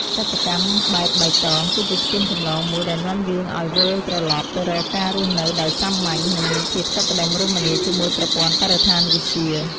សិប្បកម្មបែបបៃតងគឺជាស្ពានចម្លងមួយដែលនាំយើងឱ្យវិលត្រឡប់ទៅរកការរស់នៅដោយសាមញ្ញ និង មានភាពសុខដុមរមនាជាមួយប្រព័ន្ធបរិស្ថានវិទ្យា។